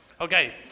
Okay